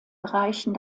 bereichen